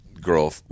girl